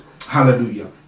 Hallelujah